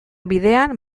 bidean